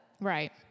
Right